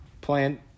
plan